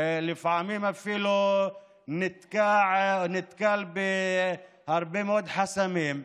ולפעמים אפילו נתקל בהרבה מאוד חסמים.